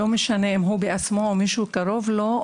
בין אם זה החולה או מישהו קרוב לו,